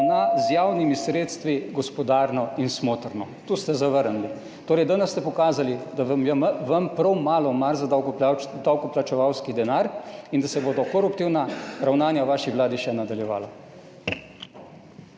z javnimi sredstvi gospodarno in smotrno. To ste zavrnili. Torej, danes ste pokazali, da vam je vam prav malo mar za davkoplačevalski denar in da se bodo koruptivna ravnanja v vaši Vladi še nadaljevala.